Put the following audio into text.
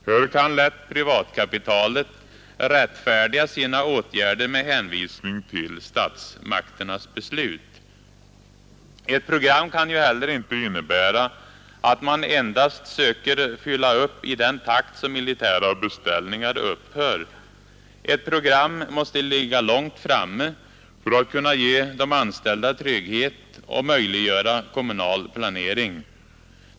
Här kan privatkapitalet lätt rättfärdiga sina åtgärder med hänvisning till statsmakternas beslut. Ett program kan ju heller inte innebära att man endast söker fylla upp i den takt som militära beställningar upphör. Ett program måste ligga långt framme för att kunna ge anställda trygghet och möjliggöra kommunal planering.